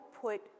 put